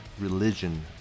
religion